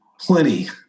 plenty